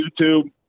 YouTube